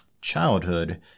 childhood